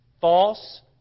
False